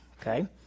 okay